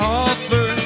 offer